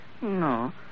No